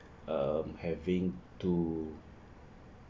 err having to